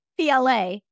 PLA